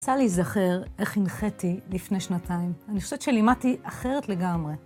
רצה להיזכר איך הנחתי לפני שנתיים. אני חושבת שלימדתי אחרת לגמרי.